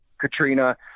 Katrina